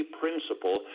principle